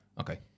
Okay